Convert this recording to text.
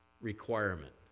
requirement